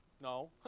No